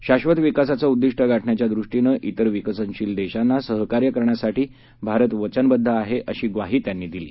शाधत विकासाचं उद्दिष्ट गाठण्याच्या दृष्टीनं तिर विकसनशील देशांना सहकार्य करण्यासाठी भारत वचनबद्ध आहे अशी ग्वाही त्यांनी यावेळी दिली